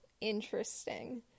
interesting